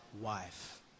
wife